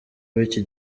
w’iki